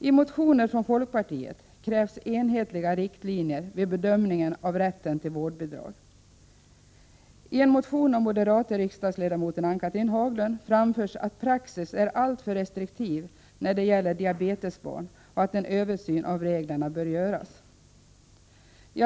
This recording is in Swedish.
I motionen från folkpartiet krävs enhetliga riktlinjer vid bedömningen av rätten till vårdbidrag. I en motion av den moderata riksdagsledamoten Ann-Cathrine Haglund framförs att praxis är alltför restriktiv när det gäller diabetesbarn och att en översyn av reglerna bör göras.